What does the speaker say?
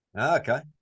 Okay